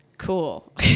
Cool